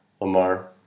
Lamar